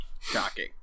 Shocking